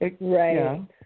Right